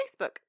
Facebook